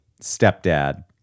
stepdad